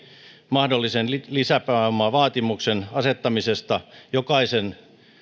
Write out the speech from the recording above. mahdollisen lisäpääomavaatimuksen asettamisesta jokaisen